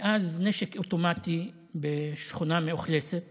ואז נשק אוטומטי בשכונה מאוכלסת